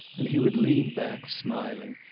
and he would lean back, smiling,